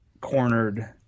cornered